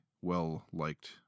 well-liked